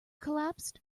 collapsed